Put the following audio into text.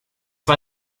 war